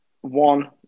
one